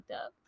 up